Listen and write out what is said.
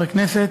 חברי כנסת,